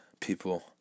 people